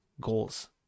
goals